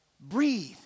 Breathe